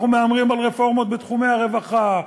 אנחנו מהמרים על רפורמות בתחומי הרווחה,